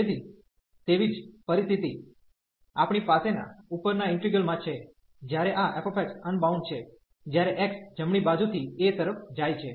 તેથી તેવી જ પરિસ્થિતિ આપણી પાસેના ઉપરના ઈન્ટિગ્રલ માં છે જ્યારે આ f અનબાઉન્ડ છે જ્યારે x જમણી બાજુથી a તરફ જાય છે